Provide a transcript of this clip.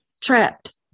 trapped